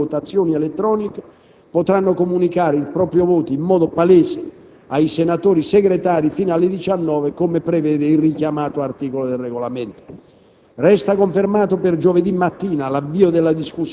In ogni caso, i senatori che non abbiano partecipato alle votazioni elettroniche potranno comunicare il proprio voto in modo palese ai senatori segretari fino alle ore 19, come prevede il richiamato articolo del Regolamento.